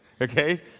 okay